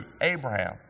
Abraham